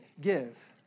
give